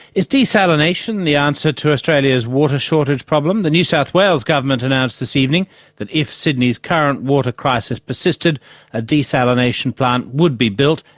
is desalination the answer to australia's water shortage problem? the new south wales government announced this evening that if sydney's current water crisis persisted a desalination plant would be built,